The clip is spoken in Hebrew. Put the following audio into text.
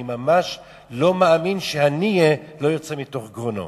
אני ממש לא מאמין שהנייה לא יוצא מתוך גרונו,